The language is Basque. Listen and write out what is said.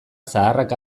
zaharrak